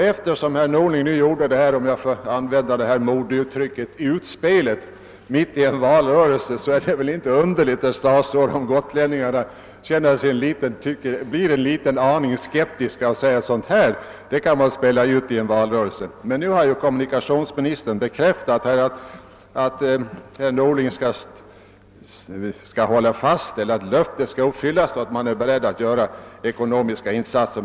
Eftersom herr Norling nu gjorde sitt »utspel« — för att använda ett modeord — mitt i en valrörelse är det väl inte så underligt, herr statsråd, om gotlänningarna blir en aning skeptiska. Men nu har ju kommunikationsministern sagt att löftet skall uppfyllas och att staten skall göra ekonomiska insatser.